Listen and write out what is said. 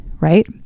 right